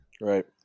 Right